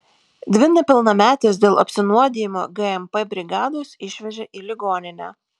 dvi nepilnametes dėl apsinuodijimo gmp brigados išvežė į ligoninę